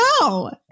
No